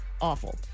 Awful